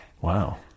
Wow